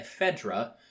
ephedra